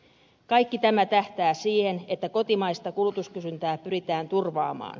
kaikki tämä tähtää siihen että kotimaista kulutuskysyntää pyritään turvaamaan